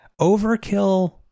overkill